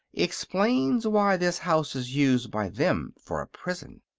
explains why this house is used by them for a prison.